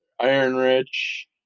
Iron-rich